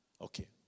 Okay